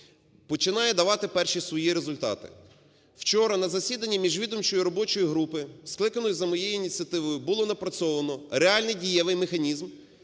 починає давати перші свої результати. Вчора на засіданні міжвідомчої робочої групи, скликаної за моєю ініціативою, було напрацьовано реальний дієвий механізм,